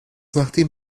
nachdem